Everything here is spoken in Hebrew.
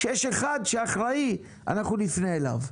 כשיש אחד שאחראי, אנחנו נפנה אליו.